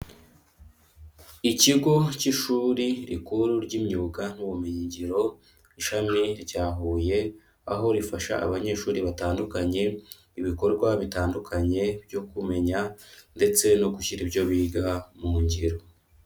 Ikigo cy'ishuri rikuru ry'imyuga n'ubumenyingiro, ishami rya Huye, aho rifasha abanyeshuri batandukanye, ibikorwa bitandukanye byo kumenya ndetse no gushyira ibyo biga mu ngiro.